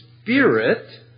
Spirit